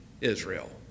Israel